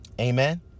Amen